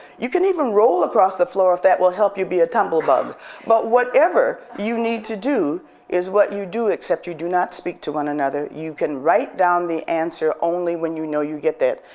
you can even roll across the floor if that will help you be a tumblebug but whatever you need to do is what you do except you do not speak to one another. you can write down the answer only when you know you get that.